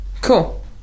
Cool